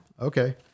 Okay